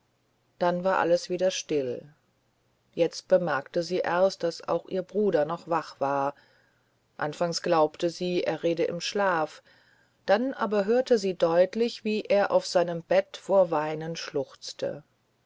dann war alles wieder still jetzt bemerkte sie erst daß auch ihr bruder noch wach war anfangs glaubte sie er rede im schlaf dann aber hörte sie deutlich wie er auf seinem bett vor weinen schluchzte